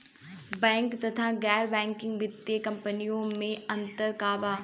Bank तथा गैर banking वित्तीय कम्पनीयो मे अन्तर का बा?